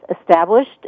established